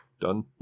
done